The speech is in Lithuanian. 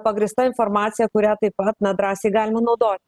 pagrįsta informacija kurią taip pat na drąsiai galima naudoti